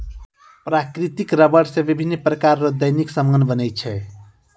प्राकृतिक रबर से बिभिन्य प्रकार रो दैनिक समान बनै छै